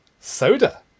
soda